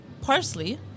parsley